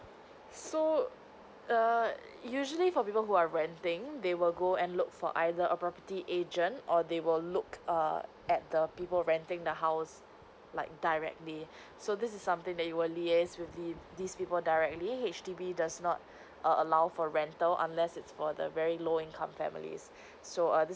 so err usually for people who are renting they will go and look for either a property agent or they will look err at the people renting the house like directly so this is something that you will liaise with the these people directly H_D_B does not err allow for rental unless it's for the very low income families so err this